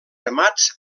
remats